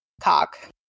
cock